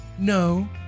No